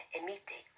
emite